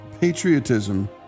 patriotism